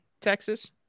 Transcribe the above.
Texas